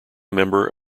member